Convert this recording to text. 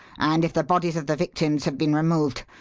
and if the bodies of the victims have been removed,